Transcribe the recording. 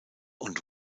und